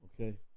Okay